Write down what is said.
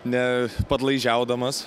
ne padlaižiaudamas